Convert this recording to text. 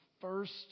first